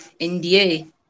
NDA